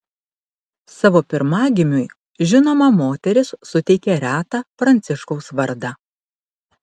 savo pirmagimiui žinoma moteris suteikė retą pranciškaus vardą